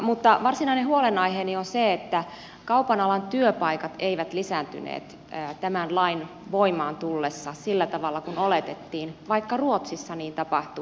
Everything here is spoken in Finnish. mutta varsinainen huolenaiheeni on se että kaupan alan työpaikat eivät lisääntyneet tämän lain voimaan tullessa sillä tavalla kuin oletettiin vaikka ruotsissa niin tapahtui